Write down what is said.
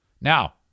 Now